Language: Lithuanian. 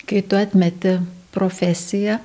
kai tu atmeti profesiją